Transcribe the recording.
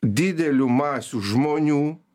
didelių masių žmonių